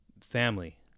family